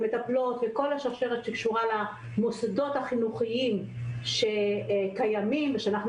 על המטפלות וכל השרשרת שקשורה למוסדות החינוכיים שקיימים ושאנחנו